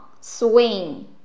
swing